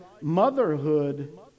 motherhood